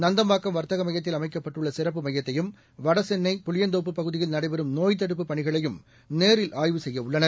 நந்தம்பாக்கம் வர்த்தகமையத்தில் அமைக்கப்பட்டுள்ளசிறப்பு மையத்தைபும் வடசென்னை புளியந்தோப்புப் பகுதியில் நடைபெறும் நோய்த் தடுப்புப் பணிகளையும் நேரில் ஆய்வு செய்யவுள்ளனர்